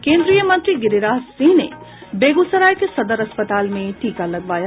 केन्द्रीय मंत्री गिरिराज सिंह ने बेगूसराय के सदर अस्पताल में टीका लगवाया